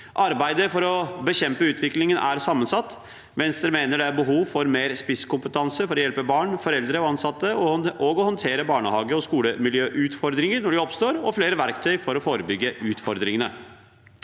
Arbeidet med å bekjempe utviklingen er sammensatt. Venstre mener det er behov for mer spisskompetanse for å hjelpe barn, foreldre og ansatte og å håndtere barnehage- og skolemiljøutfordringer når de oppstår, og gi flere verktøy for å forebygge utfordringene.